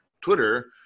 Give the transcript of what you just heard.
twitter